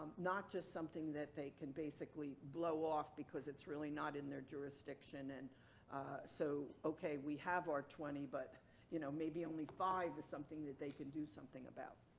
not just something that they can basically blow off because it's really not in their jurisdiction. and so okay, we have our twenty, but you know maybe only five is something that they could do something about.